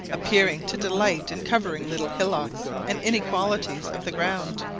appearing to delight in covering little hillocks and inequalities of the ground.